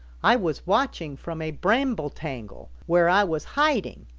i was watching from a bramble tangle where i was hiding,